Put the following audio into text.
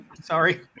sorry